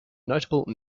notable